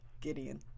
Gideon